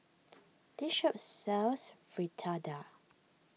this shop sells Fritada